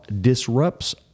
disrupts